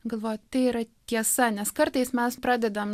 galvojau tai yra tiesa nes kartais mes pradedam